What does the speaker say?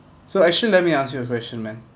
so actually let me ask you a question man